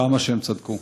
כמה שהם צדקו.